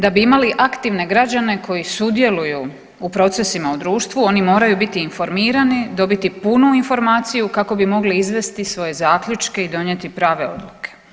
Da bi imali aktivne građene koji sudjeluju u procesu u društvu oni moraju biti informirani, dobiti punu informaciju kako bi mogli izvesti svoje zaključke i donijeti prave odluke.